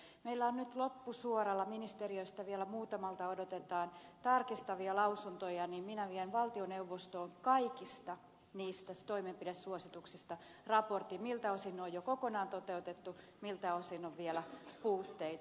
ja meillä on nyt loppusuoralla ministeriöstä vielä muutamalta odotetaan tarkistavia lausuntoja jonka jälkeen minä vien valtioneuvostoon kaikista niistä toimenpidesuosituksista raportin miltä osin ne on jo kokonaan toteutettu miltä osin on vielä puutteita